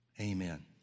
Amen